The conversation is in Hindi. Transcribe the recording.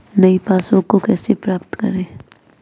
नई पासबुक को कैसे प्राप्त करें?